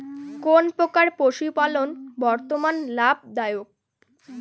কোন প্রকার পশুপালন বর্তমান লাভ দায়ক?